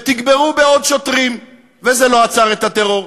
ותגברו בעוד שוטרים, וזה לא עצר את הטרור.